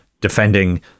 defending